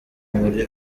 muri